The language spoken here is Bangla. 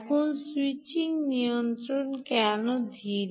এখন স্যুইচিং নিয়ন্ত্রক কেন ধীর